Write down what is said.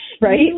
Right